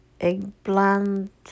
eggplant